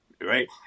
right